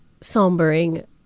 sombering